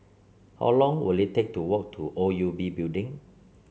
how long will it take to walk to O U B Building